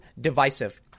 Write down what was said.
divisive